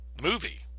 movie